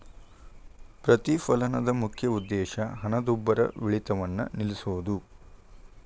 ಪ್ರತಿಫಲನದ ಮುಖ್ಯ ಉದ್ದೇಶ ಹಣದುಬ್ಬರವಿಳಿತವನ್ನ ನಿಲ್ಸೋದು